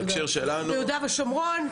היישר מיהודה ושומרון,